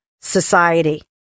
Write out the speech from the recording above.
society